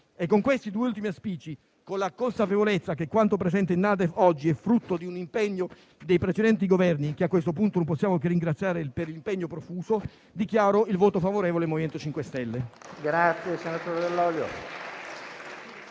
È con questi due ultimi auspici e con la consapevolezza che quanto presenta il NADEF oggi è il frutto di un impegno dei precedenti Governi, che a questo punto non possiamo che ringraziare per l'impegno profuso, che dichiaro il voto favorevole del MoVimento 5 Stelle.